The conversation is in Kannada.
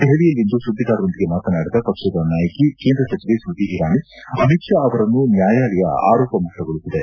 ದೆಹಲಿಯಲ್ಲಿಂದು ಸುದ್ದಿಗಾರರೊಂದಿಗೆ ಮಾತನಾಡಿದ ಪಕ್ಷದ ನಾಯಕಿ ಕೇಂದ್ರ ಸಚಿವೆ ಸ್ಮತಿ ಇರಾನಿ ಅಮಿತ್ಷಾ ಅವರನ್ನು ನ್ಯಾಯಾಲಯ ಆರೋಪ ಮುಕ್ತಗೊಳಿಸಿದೆ